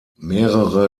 mehrere